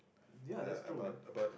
ya that's true man